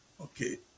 Okay